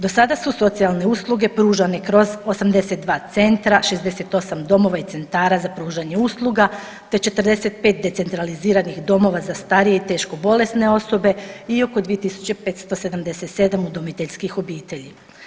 Do sada su socijalne usluge pružane kroz 82 centra, 68 domova i centara za pružanje usluga, te 45 decentraliziranih domova za starije i teško bolesne osobe i oko 2577 udomiteljskih obitelji.